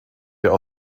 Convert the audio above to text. der